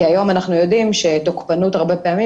היום אנחנו יודעים שתוקפנות הרבה פעמים